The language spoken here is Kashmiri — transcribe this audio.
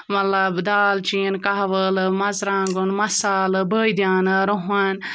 مطلب دالچیٖن کَہوٕ عٲلہٕ مَرژٕوانٛگُن مَصالہٕ بٲدیانہٕ رۄہَن